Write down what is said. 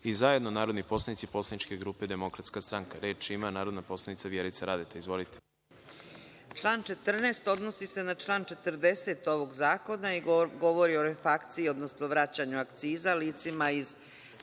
i zajedno narodni poslanici Poslaničke grupe Demokratska stranka. Reč ima narodni poslanik Marko Đurišić. Izvolite.